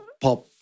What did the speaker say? pop